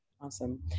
Awesome